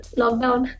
lockdown